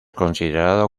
considerado